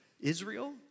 Israel